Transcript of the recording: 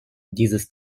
dieses